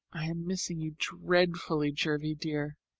i am missing you dreadfully, jervie dear,